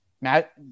Matt